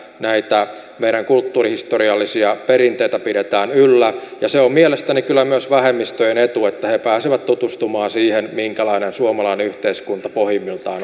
näitä meidän kulttuurihistoriallisia perinteitämme pidetään yllä ja se on mielestäni kyllä myös vähemmistöjen etu että he pääsevät tutustumaan siihen minkälainen suomalainen yhteiskunta pohjimmiltaan